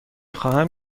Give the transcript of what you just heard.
خواهم